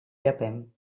llepem